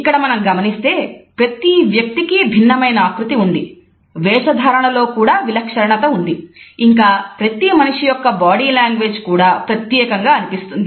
ఇక్కడ మనం గమనిస్తే ప్రతీ వ్యక్తికి భిన్నమైన ఆకృతి ఉంది వేషధారణలో కూడా విలక్షణత ఉంది ఇంకా ప్రతి మనిషి యొక్క బాడీ లాంగ్వేజ్ కూడా ప్రత్యేకంగా అనిపిస్తుంది